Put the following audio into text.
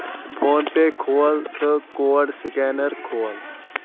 phone پے کھول تہٕ کوڈ سکینَر کھول